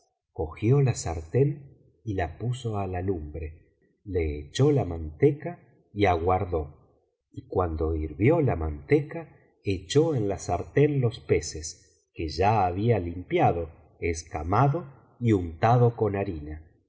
cogió la sartén la puso á la lumbre le echó la manteca y aguardó y cuando hirvió la manteca echó en la sartén ios peces que ya había limpiado escamado y untado con harina